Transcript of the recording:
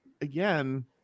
again